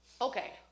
Okay